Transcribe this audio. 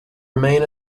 remain